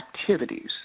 activities